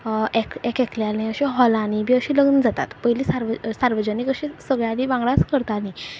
एक एकल्यांची हॉलांनी बी अशी लग्न जातात पयलीं सार्व सार्वजनीक अशी सगळ्यांची वांगडा करतालीं